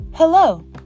Hello